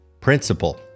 principle